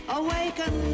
awaken